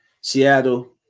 Seattle